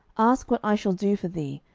ask what i shall do for thee,